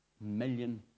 million